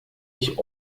ich